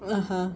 (uh huh)